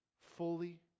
fully